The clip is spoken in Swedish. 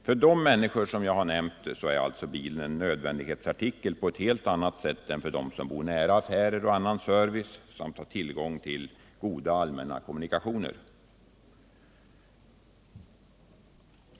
För de människor som jag nämnt här är alltså bilen en nödvändighetsartikel på ett helt annat sätt än för dem som bor nära affärer och annan service samt har tillgång till goda allmänna kommunikationer.